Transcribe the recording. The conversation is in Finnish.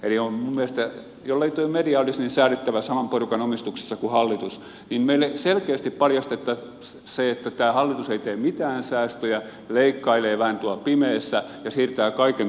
jollei tuo media olisi niin säälittävä saman porukan omistuksessa kuin hallitus niin meille selkeästi paljastettaisiin se että tämä hallitus ei tee mitään säästöjä leikkailee vähän tuolla pimeässä ja siirtää kaiken tulevalle hallitukselle